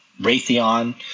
Raytheon